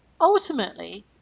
Ultimately